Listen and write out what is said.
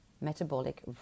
metabolic